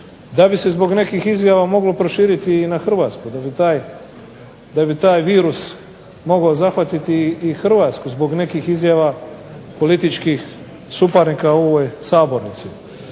da bi se zbog nekih izjava moglo proširiti na Hrvatsku, da bi taj virus mogao zahvatiti i Hrvatsku zbog nekih izjava političkih suparnika u ovoj Sabornici.